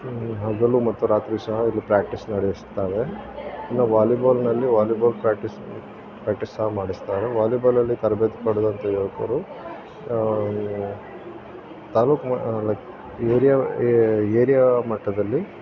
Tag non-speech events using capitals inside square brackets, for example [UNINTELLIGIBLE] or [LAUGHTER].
ಹಗಲು ಮತ್ತು ರಾತ್ರಿ ಸಹ ಇಲ್ಲಿ ಪ್ರ್ಯಾಕ್ಟೀಸ್ ನಡೆಸ್ತವೆ ಇನ್ನು ವಾಲಿಬಾಲ್ನಲ್ಲಿ ವಾಲಿಬಾಲ್ ಪ್ರ್ಯಾಕ್ಟಿಸ್ ಪ್ರ್ಯಾಕ್ಟಿಸ್ ಸಹ ಮಾಡಿಸ್ತಾರೆ ವಾಲಿಬಾಲಲ್ಲಿ ತರಬೇತಿ ಪಡೆದಂಥ ಯುವಕರು ತಾಲೂಕು [UNINTELLIGIBLE] ಏರಿಯಾ ಏರಿಯಾ ಮಟ್ಟದಲ್ಲಿ